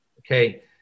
okay